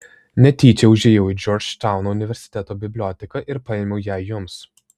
netyčia užėjau į džordžtauno universiteto biblioteką ir paėmiau ją jums